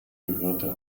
gehörte